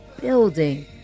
building